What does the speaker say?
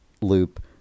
loop